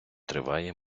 триває